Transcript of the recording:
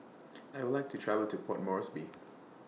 I Would like to travel to Port Moresby